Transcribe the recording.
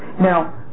Now